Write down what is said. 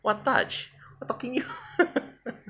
what touch what talking you